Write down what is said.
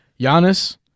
Giannis